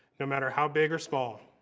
no matter how big or small.